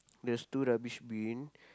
there's two rubbish bin